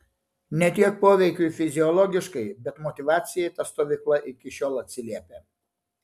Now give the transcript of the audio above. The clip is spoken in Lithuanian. ne tiek poveikiui fiziologiškai bet motyvacijai ta stovykla iki šiol atsiliepia